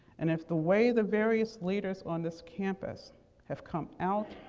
and if the way the various leaders on this campus have come out,